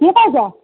କିଏ କହୁଛ